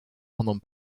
honom